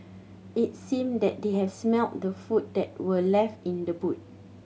it seemed that they had smelt the food that were left in the boot